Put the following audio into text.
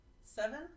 seven